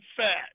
fat